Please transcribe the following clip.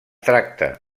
tracta